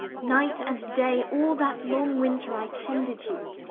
night and day all that long winter i tended you.